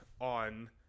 on